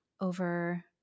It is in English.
over